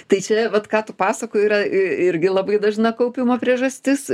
tai čia vat ką tu pasakoji yra irgi labai dažna kaupimo priežastis